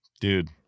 Dude